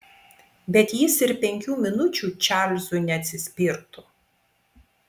bet jis ir penkių minučių čarlzui neatsispirtų